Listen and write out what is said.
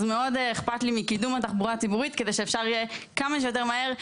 אז מאוד אכפת לי מקידום התחבורה הציבורית כדי שאפשר יהיה כמה שיותר מהר,